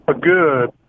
good